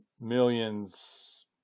Millions